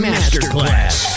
Masterclass